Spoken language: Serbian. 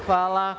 Hvala.